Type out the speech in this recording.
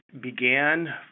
began